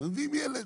מביאים ילד,